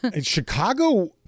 Chicago